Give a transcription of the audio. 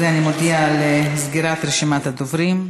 בזה אני מודיעה על סגירת רשימת הדוברים.